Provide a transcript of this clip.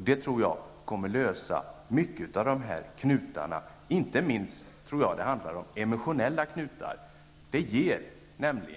Det tror jag kommer att lösa upp många knutar, inte minst emotionella knutar.